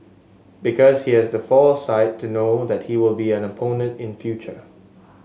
because he has the foresight to know that he will be an opponent in future